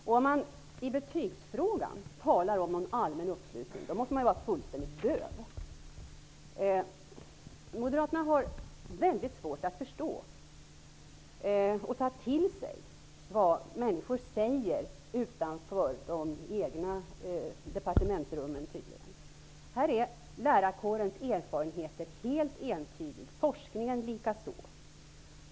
Och om man i betygsfrågan talar om en allmän uppslutning måste man ju vara fullständigt döv. Moderaterna har tydligen väldigt svårt att förstå och ta till sig vad människor utanför de egna departementsrummen säger. Här är lärarkårens erfarenheter helt entydiga, forskningen likaså.